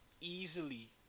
easily